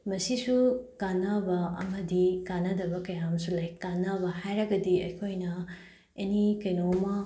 ꯃꯁꯤꯁꯨ ꯀꯥꯟꯅꯕ ꯑꯃꯗꯤ ꯀꯥꯟꯅꯗꯕ ꯀꯌꯥ ꯑꯃꯁꯨ ꯂꯩ ꯀꯥꯟꯅꯕ ꯍꯥꯏꯔꯒꯗꯤ ꯑꯩꯈꯣꯏꯅ ꯑꯦꯅꯤ ꯀꯩꯅꯣ ꯑꯃ